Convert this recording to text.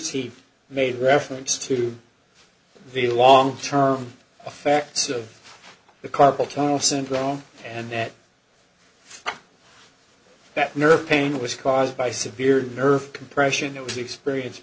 he made reference to the long term affects of the carpal tunnel syndrome and that that nerve pain was caused by severe nerve compression no experience